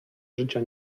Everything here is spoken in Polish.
życia